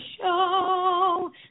Show